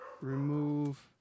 remove